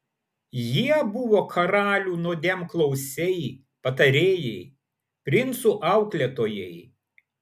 jie buvo karalių nuodėmklausiai patarėjai princų auklėtojai